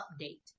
update